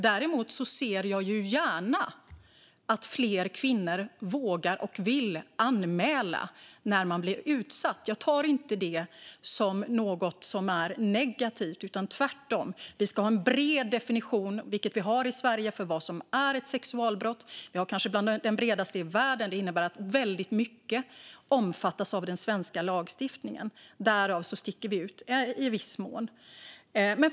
Däremot ser jag gärna att fler kvinnor vågar och vill anmäla när de blir utsatta. Jag tar inte det som något negativt. Tvärtom ska det finnas en bred definition - vilket vi har i Sverige - av vad som är ett sexualbrott. Sverige har nog den bredaste definitionen i världen, vilket innebär att mycket omfattas av den svenska lagstiftningen. Därav sticker Sverige ut i viss mån.